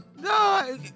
No